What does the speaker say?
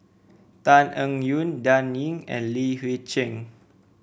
Tan Eng Yoon Dan Ying and Li Hui Cheng